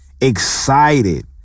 excited